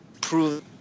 prove